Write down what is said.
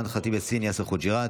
אימאן ח'טיב יאסין ויאסר חוג'יראת,